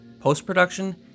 post-production